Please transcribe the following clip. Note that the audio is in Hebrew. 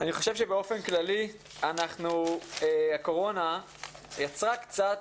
אני חושב שבאופן כללי הקורונה יצרה קצת,